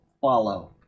follow